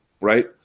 right